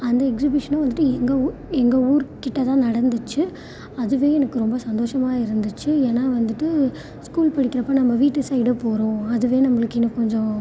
அந்த எக்ஸிபிஷனும் வந்துவிட்டு எங்கள் ஊ எங்கள் ஊர் கிட்ட தான் நடந்திச்சு அதுவே எனக்கு ரொம்ப சந்தோசமாக இருந்துச்சு ஏன்னா வந்துவிட்டு ஸ்கூல் படிக்கிறப்போ நம்ம வீட்டு சைடாக போகறோம் அதுவே நம்மளுக்கு இன்னும் கொஞ்சம்